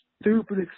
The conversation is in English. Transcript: stupid